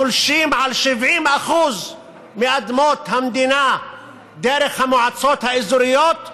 החולשים על 70% מאדמות המדינה דרך המועצות האזוריות,